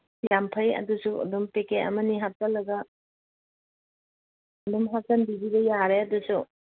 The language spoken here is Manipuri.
ꯌꯥꯝ ꯐꯩ ꯑꯗꯨꯁꯨ ꯑꯗꯨꯝ ꯄꯦꯀꯦꯠ ꯑꯃꯅꯤ ꯍꯥꯞꯆꯜꯂꯒ ꯑꯗꯨꯝ ꯍꯥꯞꯆꯟꯕꯤꯒꯤꯕ ꯌꯥꯔꯦ ꯑꯗꯨꯁꯨ